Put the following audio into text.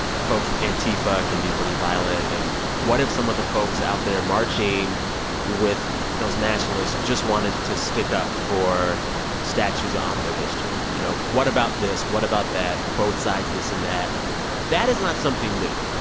folks with antifa can be pretty violent. and what if some of the folks out there marching with those nationalists just wanted to stick up for statues that honor their history? you know, what about this? what about that? both sides this and that that is not something new,